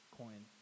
coin